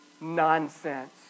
nonsense